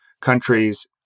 countries